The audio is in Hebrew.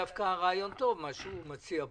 דווקא רעיון טוב, מה שהוא מציע כאן.